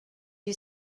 you